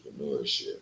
entrepreneurship